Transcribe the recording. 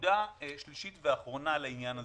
נקודה שלישית ואחרונה לעניין הזה,